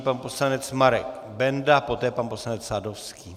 Nyní pan poslanec Marek Benda, poté pan poslanec Sadovský.